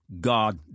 God